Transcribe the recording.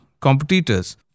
competitors